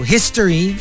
History